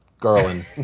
Garland